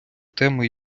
теми